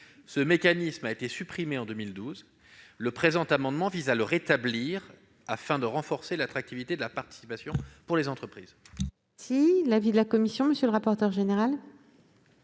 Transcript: Ce mécanisme a été supprimé en 2012. Le présent amendement vise à le rétablir, afin de renforcer l'attractivité de la participation pour les entreprises. Quel est l'avis de la commission ? J'émets un avis